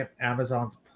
Amazon's